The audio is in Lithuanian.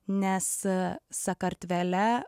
nes sakartvele